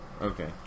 okay